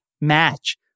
match